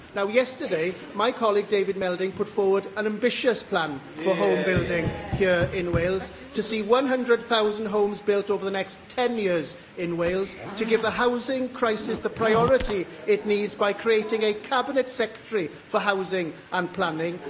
now, yesterday, my colleague david melding put forward an ambitious plan for home building here in wales to see one hundred thousand homes built over the next ten years in wales, to give the housing crisis the priority it needs by creating a cabinet secretary for housing and planning,